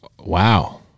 Wow